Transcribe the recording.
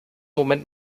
moment